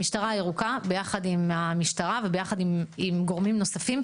המשטרה הירוקה ביחד עם המשטרה וביחד עם גורמים נוספים,